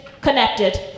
connected